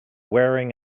wearing